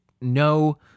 no